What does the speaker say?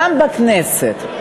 גם בכנסת.